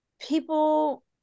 people